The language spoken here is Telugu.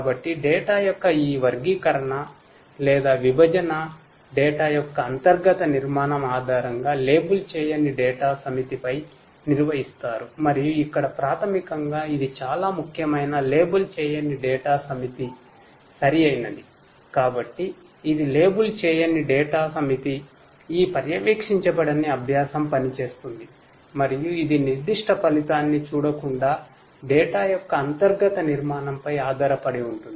కాబట్టి డేటా యొక్క అంతర్గత నిర్మాణంపై ఆధారపడి ఉంటుంది